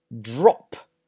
drop